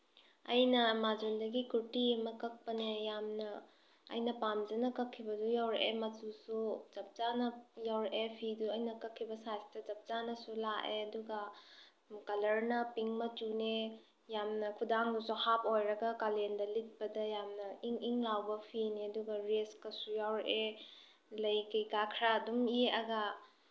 ꯑꯩꯅ ꯑꯃꯥꯖꯣꯟꯗꯒꯤ ꯀꯨꯔꯇꯤ ꯑꯃ ꯀꯛꯄꯅꯦ ꯌꯥꯝꯅ ꯑꯩꯅ ꯄꯥꯝꯖꯅ ꯀꯛꯈꯤꯕꯗꯨ ꯌꯧꯔꯛꯑꯦ ꯃꯆꯨꯁꯨ ꯆꯞ ꯆꯥꯅ ꯌꯧꯔꯛꯑꯦ ꯐꯤꯗꯨ ꯑꯩꯅ ꯀꯛꯈꯤꯕ ꯁꯥꯏꯁꯇ ꯆꯞ ꯆꯥꯅꯁꯨ ꯂꯥꯛꯑꯦ ꯑꯗꯨꯒ ꯀꯂꯔꯅ ꯄꯤꯡ ꯃꯆꯨꯅꯦ ꯌꯥꯝꯅ ꯈꯨꯗꯥꯡꯗꯨꯁꯨ ꯍꯥꯞ ꯑꯣꯏꯔꯒ ꯀꯥꯂꯦꯟꯗ ꯂꯤꯠꯄꯗ ꯌꯥꯝꯅ ꯏꯪ ꯏꯪ ꯂꯥꯎꯕ ꯐꯤꯅꯦ ꯑꯗꯨꯒ ꯔꯦꯁꯀꯁꯨ ꯌꯥꯎꯔꯛꯑꯦ ꯂꯩ ꯀꯩꯀꯥ ꯈꯔ ꯑꯗꯨꯝ ꯌꯦꯛꯑꯒ